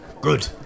Good